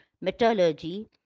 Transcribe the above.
metallurgy